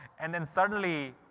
and then suddenly